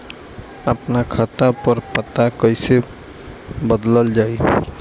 आपन खाता पर पता कईसे बदलल जाई?